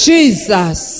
Jesus